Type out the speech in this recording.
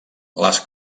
les